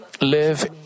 live